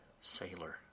sailor